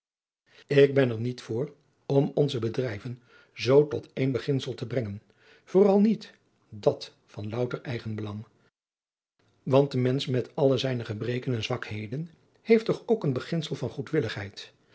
ik ben er niet voor om onze bedrijven zoo tot één beginsel te brengen vooral niet dat van louter eigenbelang want de mensch met alle zijne gebreken en zwakheden heest toch ook een beginsel van